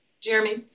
Jeremy